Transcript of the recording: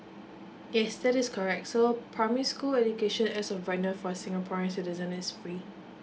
yes that is correct so primary school education as of right now for singaporeans citizen is free